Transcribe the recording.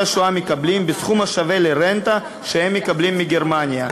השואה מקבלים בסכום השווה לרנטה שהם מקבלים מגרמניה.